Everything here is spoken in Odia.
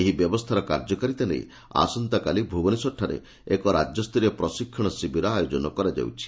ଏହି ବ୍ୟବସ୍ରାର କାର୍ଯ୍ୟକାରିତା ନେଇ ଆସନ୍ତାକାଲି ଭୁବନେଶ୍ୱରଠାରେ ଏକ ରାକ୍ୟସ୍ତରୀୟ ପ୍ରଶିକ୍ଷଣ ଶିବିର ଆୟୋଜନ କରାଯାଉଛି